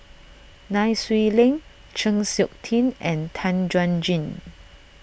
Nai Swee Leng Chng Seok Tin and Tan Chuan Jin